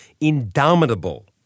indomitable